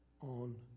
on